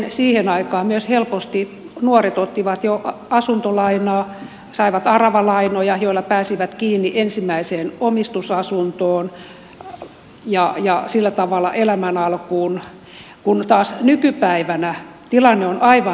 samaten siihen aikaan jo nuoret ottivat helposti myös asuntolainaa saivat aravalainoja joilla pääsivät kiinni ensimmäiseen omistusasuntoon ja sillä tavalla elämän alkuun kun taas nykypäivänä tilanne on aivan toinen